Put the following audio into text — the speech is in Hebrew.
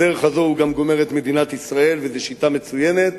בדרך הזו הוא גם גומר את מדינת ישראל וזו שיטה מצוינת.